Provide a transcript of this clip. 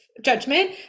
judgment